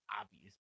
obvious